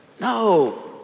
No